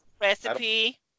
recipe